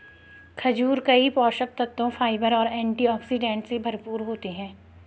खजूर कई पोषक तत्वों, फाइबर और एंटीऑक्सीडेंट से भरपूर होते हैं